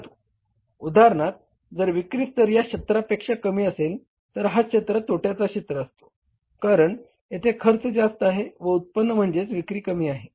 परंतु उदाहरणार्थ जर विक्री स्तर या क्षेत्रापेक्षा कमी असेल तर हा क्षेत्र तोट्याचा क्षेत्र असतो कारण येथे खर्च जास्त आहे व उत्पन्न म्हणजेच विक्री कमी आहे